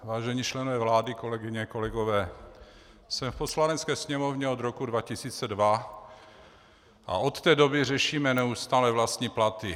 Vážení členové vlády, kolegyně a kolegové, jsem v Poslanecké Sněmovně od roku 2002 a od té doby řešíme neustále vlastní platy.